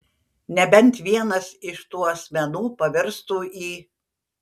nebent vienas iš tų asmenų pavirstų į